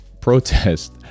protest